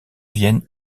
vienne